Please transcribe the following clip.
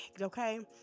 Okay